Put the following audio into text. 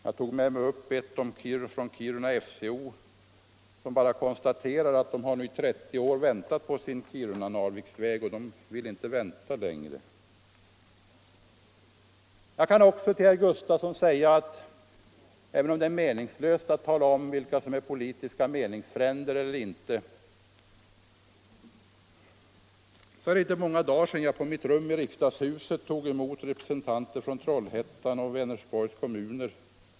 Jag tog med mig ett från Kiruna FCO, som konstaterar att de nu har väntat 30 år på Kiruna-Narviksvägen, och de vill inte vänta längre. Jag kan också till herr Gustafson säga — även om det är meningslöst att tala om vilka som är politiska meningsfränder eller inte —- att för inte många dagar sedan tog jag på mitt rum i riksdagshuset emot representanter för Trollhättans och Vänersborgs kommuner.